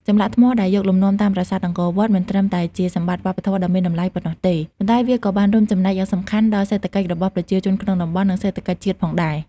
ចម្លាក់ថ្មដែលយកលំនាំតាមប្រាសាទអង្គរវត្ត មិនត្រឹមតែជាសម្បត្តិវប្បធម៌ដ៏មានតម្លៃប៉ុណ្ណោះទេ ប៉ុន្តែវាក៏បានរួមចំណែកយ៉ាងសំខាន់ដល់សេដ្ឋកិច្ចរបស់ប្រជាជនក្នុងតំបន់ និងសេដ្ឋកិច្ចជាតិផងដែរ។